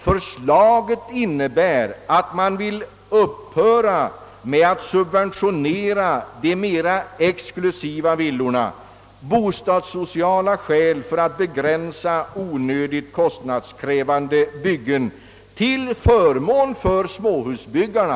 Förslaget innebär att vi vill upphöra med att subventionera de mera exklusiva villorna. Av bostadssociala skäl vill vi begränsa onödigt kostnadskrävande byggen till förmån för småhusbyggarna.